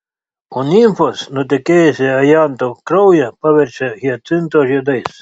o nimfos nutekėjusį ajanto kraują paverčia hiacinto žiedais